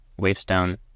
Wavestone